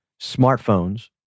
smartphones